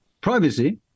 privacy